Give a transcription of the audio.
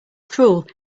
cruel